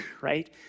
right